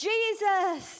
Jesus